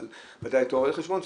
אבל ודאי תואר בראיית חשבון.